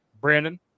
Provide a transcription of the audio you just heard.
brandon